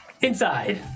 inside